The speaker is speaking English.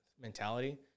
mentality